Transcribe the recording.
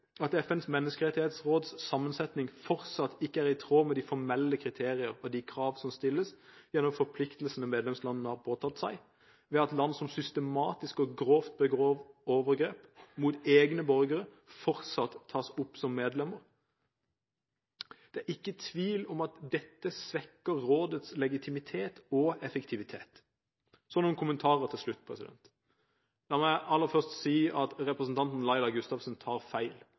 at FNs menneskerettighetsråds sammensetning fortsatt ikke er i tråd med de formelle kriterier og krav som stilles gjennom forpliktelsene medlemslandene har påtatt seg, ved at land som systematisk og grovt begår overgrep mot egne borgere, fortsatt tas opp som medlemmer. Det er ikke tvil om at dette svekker rådets legitimitet og effektivitet. Noen kommentarer til slutt: La meg aller først si at representanten Laila Gustavsen tar feil.